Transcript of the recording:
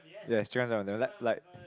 yes she want some they will like like